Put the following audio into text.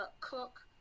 cook